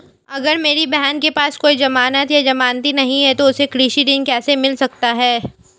अगर मेरी बहन के पास कोई जमानत या जमानती नहीं है तो उसे कृषि ऋण कैसे मिल सकता है?